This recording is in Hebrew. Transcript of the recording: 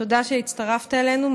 תודה שהצטרפת אלינו.